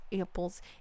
apples